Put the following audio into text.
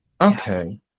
Okay